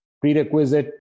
prerequisite